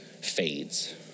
fades